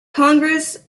congress